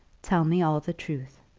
tell me all the truth.